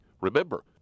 Remember